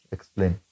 Explain